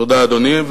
תודה, אדוני.